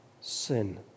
sin